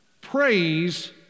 Praise